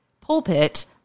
pulpit